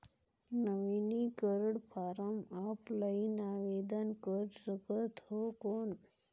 नवीनीकरण form offline आवेदन कर सकत हो कौन?